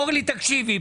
אולי, תקשיבי.